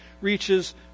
reaches